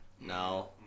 No